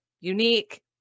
unique